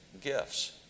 gifts